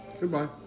Goodbye